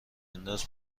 انداز